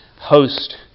host